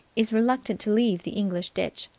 is reluctant to leave the english ditch.